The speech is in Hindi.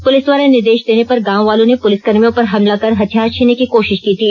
पुलिस द्वारा निर्देष देने पर गांव वालों ने पुलिस कर्मियों पर हमला कर हथियार छीनने की कोशिश की थी